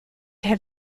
had